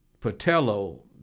Patello